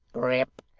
grip,